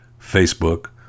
Facebook